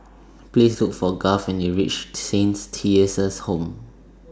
Please Look For Garth when YOU REACH Saint Theresa's Home